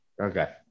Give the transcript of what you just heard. Okay